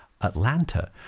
Atlanta